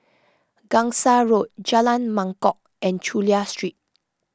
Gangsa Road Jalan Mangkok and Chulia Street